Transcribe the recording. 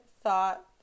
thought